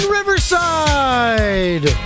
Riverside